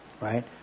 right